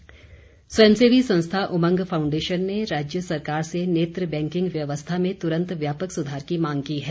आग्रह स्वयं सेवी संस्था उमंग फाउंडेशन ने राज्य सरकार से नेत्र बैंकिंग व्यवस्था में तुरंत व्यापक सुधार की मांग की है